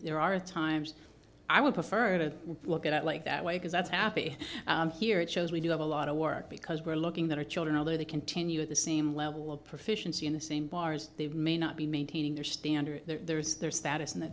there are times i would prefer to look at it like that way because that's happy here it shows we do have a lot of work because we're looking that our children although they continue at the same level of proficiency in the same bars they may not be maintaining their standard there is their status in the